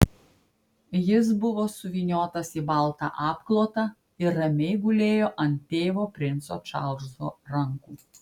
jis buvo suvyniotas į baltą apklotą ir ramiai gulėjo ant tėvo princo čarlzo rankų